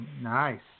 Nice